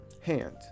hand